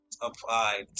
applied